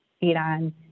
Iran